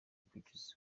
kugeza